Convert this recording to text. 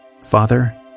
Father